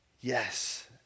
yes